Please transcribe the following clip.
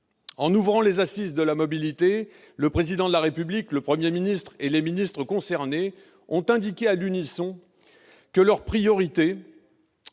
En ouvrant les Assises de la mobilité, le Président de la République, le Premier ministre et les ministres concernés ont indiqué à l'unisson que leur priorité